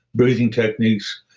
breathing techniques,